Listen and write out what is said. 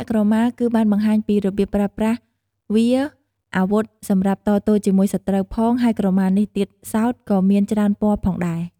អ្នកពាក់ក្រមាគឺបានបង្ហាញពីរបៀបប្រើប្រាស់វាអាវុធសម្រាប់តទល់ជាមួយសត្រូវផង ហើយក្រមានេះទៀតសោតក៏មានច្រើនពណ៌ផងដែរ។